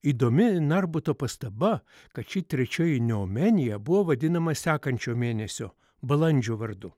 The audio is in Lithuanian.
įdomi narbuto pastaba kad ši trečioji neomenija buvo vadinama sekančio mėnesio balandžio vardu